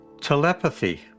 Telepathy